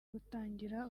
gutangira